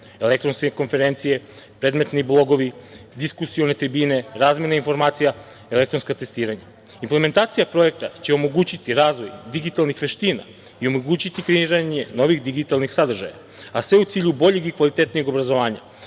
Elektronske konferencije, predmetni blogovi, diskusione tribine, razmene informacija, elektronska testiranja. Implementacija projekta će omogućiti razvoj digitalnih veština i omogućiti kreiranje novih digitalnih sadržaja, a sve u cilju boljeg i kvalitetnijeg obrazovanja,